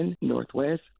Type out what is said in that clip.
Northwest